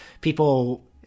people